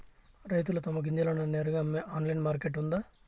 రైతులు తమ గింజలను నేరుగా అమ్మే ఆన్లైన్ మార్కెట్ ఉందా?